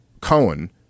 Cohen